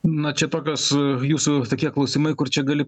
na čia tokios jūsų tokie klausimai kur čia gali